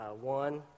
One